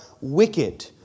wicked